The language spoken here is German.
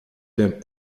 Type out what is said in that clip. der